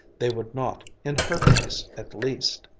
they would not in her case, at least!